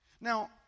Now